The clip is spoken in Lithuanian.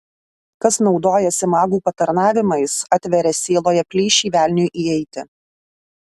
kas naudojasi magų patarnavimais atveria sieloje plyšį velniui įeiti